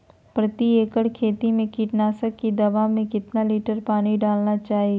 प्रति एकड़ खेती में कीटनाशक की दवा में कितना लीटर पानी डालना चाइए?